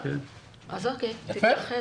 בוצע.